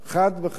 חד וחלק,